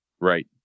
Right